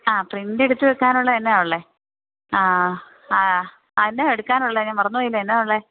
ആ പ്രിൻറ്റെടുത്ത് വെയ്ക്കാനുള്ളത് എന്താണുള്ളത് ആ ആ ആ എന്താണെടുക്കാനുള്ളത് ഞാന് മറന്നുപോയല്ലോ എന്താണുള്ളത്